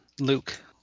Luke